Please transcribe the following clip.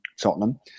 Tottenham